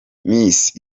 miss